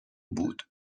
بود